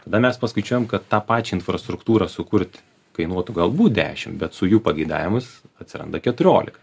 tada mes paskaičiuojam kad tą pačią infrastruktūrą sukurt kainuotų galbūt dešimt bet su jų pageidavimas atsiranda keturiolika